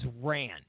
ran